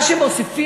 מה שמוסיפים,